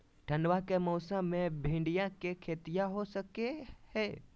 ठंडबा के मौसमा मे भिंडया के खेतीया हो सकये है?